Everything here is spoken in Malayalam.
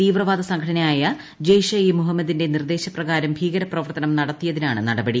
തീവ്രവാദ സംഘടനയായ ജെയ്ഷ ഇ മുഹമ്മദിന്റെ നിർദ്ദേശപ്രകാരം ഭീകരപ്രവർത്തനം നടത്തിയതിനാണ് നടപടി